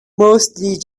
mostly